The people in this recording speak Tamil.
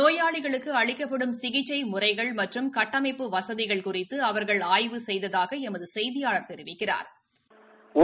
நோயாளிகளுக்கு அளிக்கப்படும் சிகிச்சை முறைகள் மற்றும் கட்டமைப்பு வசதிகள் குறித்து அவா்கள் ஆய்வு செய்ததாக எமது செய்தியாளா் தெரிவிக்கிறாா்